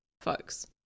folks